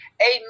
amen